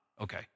Okay